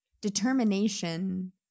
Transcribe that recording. determination